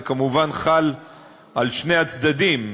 זה כמובן חל על שני הצדדים,